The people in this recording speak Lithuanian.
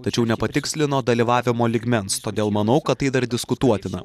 tačiau nepatikslino dalyvavimo lygmens todėl manau kad tai dar diskutuotina